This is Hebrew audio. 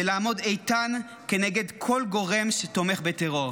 ולעמוד איתן כנגד כל גורם שתומך בטרור.